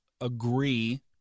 agree